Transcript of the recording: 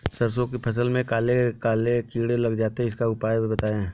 सरसो की फसल में काले काले कीड़े लग जाते इसका उपाय बताएं?